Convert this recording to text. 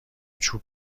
چوب